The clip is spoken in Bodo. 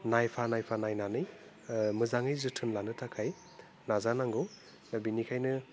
नायफा नायफा नायनानै मोजाङै जोथोन लानो थाखाय नाजानांगौ दा बिनिखायनो